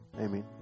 Amen